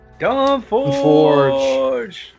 Dawnforge